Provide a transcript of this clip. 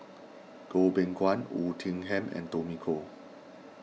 Goh Beng Kwan Oei Tiong Ham and Tommy Koh